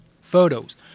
photos